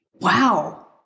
Wow